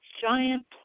giant